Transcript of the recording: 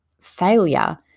failure